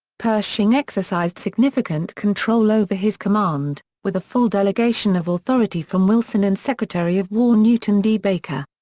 pershing exercised significant control over his command, with a full delegation of authority from wilson and secretary of war newton d. baker.